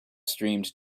streamed